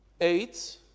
eight